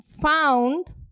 found